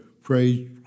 pray